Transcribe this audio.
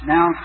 Now